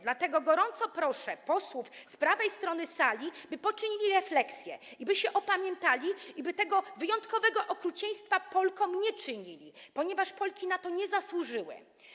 Dlatego gorąco proszę posłów z prawej strony sali, by poczynili refleksję, by się opamiętali i by tego wyjątkowego okrucieństwa Polkom nie czynili, ponieważ Polki na to nie zasłużyły.